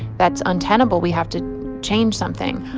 that's untenable. we have to change something.